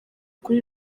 kuri